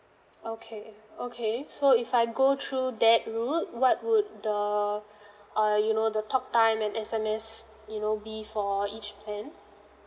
okay okay so if I go through that route what would the uh you know the talktime and S_M_S you know be for each plan